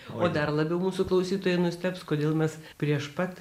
o dar labiau mūsų klausytojai nustebs kodėl mes prieš pat